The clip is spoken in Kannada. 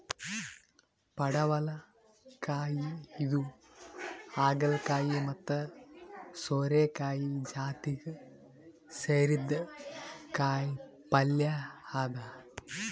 ಪಡವಲಕಾಯಿ ಇದು ಹಾಗಲಕಾಯಿ ಮತ್ತ್ ಸೋರೆಕಾಯಿ ಜಾತಿಗ್ ಸೇರಿದ್ದ್ ಕಾಯಿಪಲ್ಯ ಅದಾ